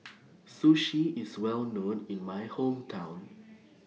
Sushi IS Well known in My Hometown